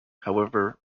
however